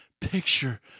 picture